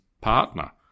partner